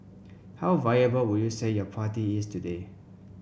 how viable would you say your party is today